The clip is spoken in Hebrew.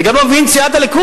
אני גם לא מבין את סיעת הליכוד.